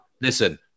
listen